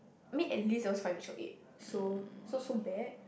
I mean at least there was financial aid so so so bad